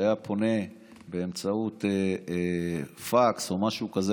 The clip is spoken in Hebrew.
שהיה פונה באמצעות פקס או משהו כזה,